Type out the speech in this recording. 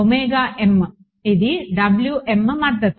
m ఇది Wm మద్దతు